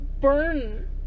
burn